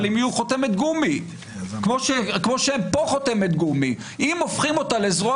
אבל הם יהיו חותמת גומי כמו שפה הם חותמת גומי אם הופכים אותה לזרוע